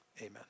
Amen